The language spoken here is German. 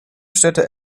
städte